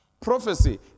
Prophecy